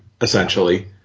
essentially